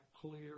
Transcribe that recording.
clear